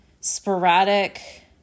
sporadic